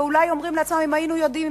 ואולי אומרים לעצמם: אם היינו יודעים,